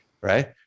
right